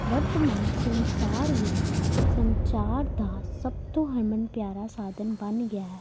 ਵਰਤਮਾਨ ਸੰਸਾਰ ਵਿੱਚ ਸੰਚਾਰ ਦਾ ਸਭ ਤੋਂ ਹਰਮਨ ਪਿਆਰਾ ਸਾਧਨ ਬਣ ਗਿਆ ਹੈ